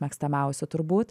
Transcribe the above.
mėgstamiausių turbūt